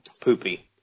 Poopy